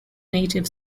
native